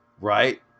right